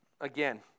again